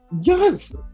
yes